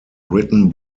written